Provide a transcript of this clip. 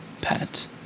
pet